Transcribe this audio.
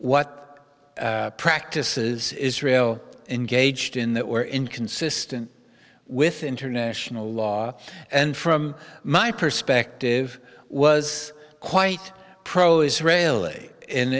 what practices israel engaged in that were inconsistent with international law and from my perspective was quite pro israel